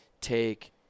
take